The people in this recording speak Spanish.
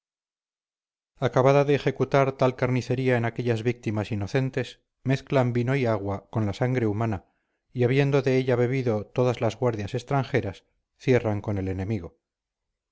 acabada de ejecutar tal carnicería en aquellas víctimas inocentes mezclan vino y agua con la sangre humana y habiendo de ella bebido todas las guardias extranjeras cierran con el enemigo